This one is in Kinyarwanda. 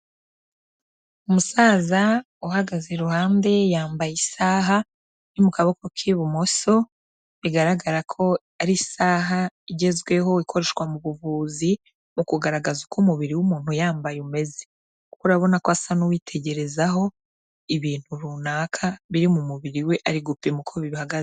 Umusaza uhagaze iruhande, yambaye isaha yo mu kaboko k'ibumoso, bigaragara ko ari isaha igezweho ikoreshwa mu buvuzi, mu kugaragaza uko umubiri w'umuntu uyambaye umeze, kuko urabona ko asa n'uwitegerezaho ibintu runaka, biri mu mubiri we, ari gupima uko bihagaze.